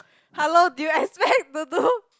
how long do you expect to do